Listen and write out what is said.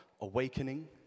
awakening